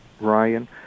Ryan